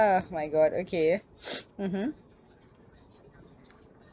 my god okay mmhmm